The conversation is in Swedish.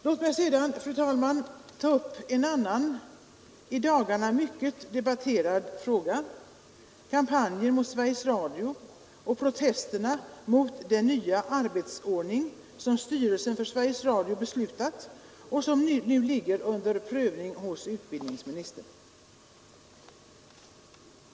Låt mig sedan, fru talman, ta upp en annan i dagarna mycket omdebatterad fråga — kampanjen mot Sverigs Radio och protesterna mot den nya arbetsordning, som styrelsen för Sveriges Radio beslutat och som nu ligger under prövning hos utbildningsministern.